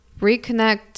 reconnect